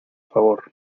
favor